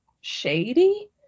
shady